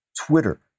Twitter